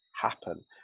happen